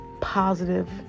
positive